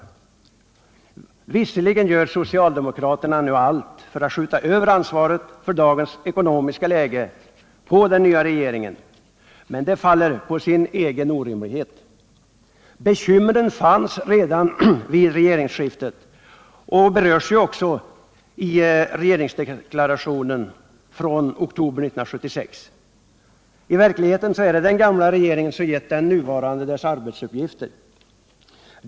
Visserligen gör socialdemokraterna nu allt för att skjuta över ansvaret för dagens ekonomiska läge på den nya regeringen, men det faller på sin egen orimlighet. Bekymren fanns redan vid regeringsskiftet och berörs ju också i regeringsdeklarationen av oktober 1976. I verkligheten är det den gamla regeringen som har givit den nuvarande dess arbetsuppgifter.